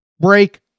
break